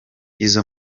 izo